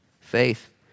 faith